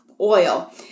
oil